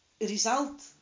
result